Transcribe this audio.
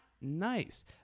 Nice